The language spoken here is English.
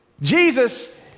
Jesus